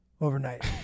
overnight